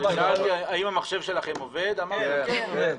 שאלתי האם המחשב שלכם עובד, אמרתם כן.